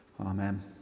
amen